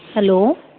hello